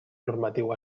normatiu